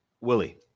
willie